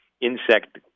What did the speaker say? insect